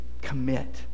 commit